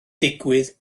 digwydd